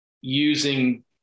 using